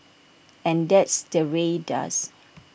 and that's the Rae does